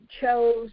chose